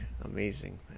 amazing